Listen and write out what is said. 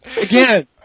again